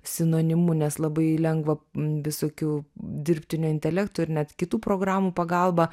sinonimu nes labai lengva visokiu dirbtiniu intelektu ir net kitų programų pagalba